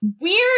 Weird